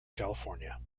california